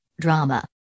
Drama